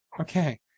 Okay